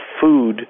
food